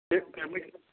देखते हैं भैया